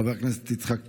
חבר הכנסת יצחק פינדרוס,